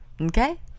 Okay